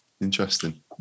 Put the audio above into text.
Interesting